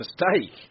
mistake